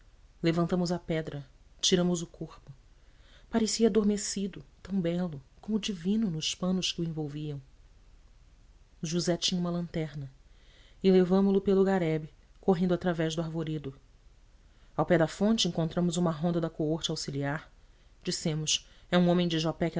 levantamos a pedra tiramos o corpo parecia adormecido tão belo como divino nos panos que o envolviam josé tinha uma lanterna e levamo lo pelo garebe correndo através do arvoredo ao pé da fonte encontramos uma ronda da coorte auxiliar dissemos é um homem de